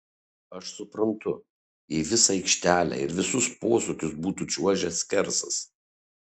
aš sutinku jei visą aikštelę ir visus posūkius būtų čiuožęs skersas